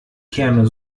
kerne